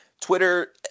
Twitter